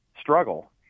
struggle